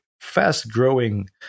fast-growing